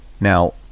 Now